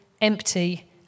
empty